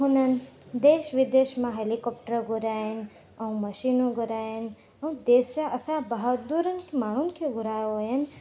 हुननि देश विदेश मां हेलीकॉप्टर घुराया इन ऐ़ मशीनूं घुराया इन ऐं देश जा असांजे बहादुर माण्हुनि खे घुरायो हुयुनि